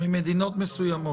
ממדינות מסוימות.